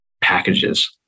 packages